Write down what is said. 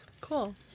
Cool